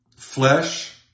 Flesh